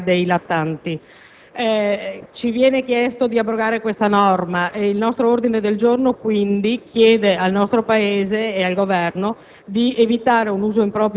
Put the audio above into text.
Oggi la norma comunitaria ci chiede di abrogare questa legge e quindi di evitare, come si era previsto,